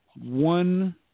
one –